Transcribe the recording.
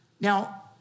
Now